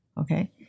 Okay